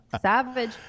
Savage